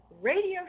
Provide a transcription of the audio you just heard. radio